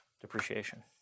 depreciation